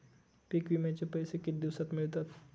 पीक विम्याचे पैसे किती दिवसात मिळतात?